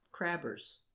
crabbers